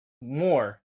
more